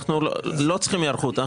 אנחנו לא צריכים היערכות,